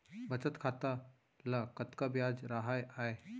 बचत खाता ल कतका ब्याज राहय आय?